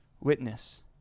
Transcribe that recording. witness